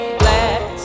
black